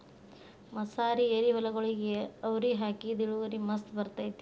ಮಸಾರಿ ಎರಿಹೊಲಗೊಳಿಗೆ ಅವ್ರಿ ಹಾಕಿದ್ರ ಇಳುವರಿ ಮಸ್ತ್ ಬರ್ತೈತಿ